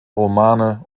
romane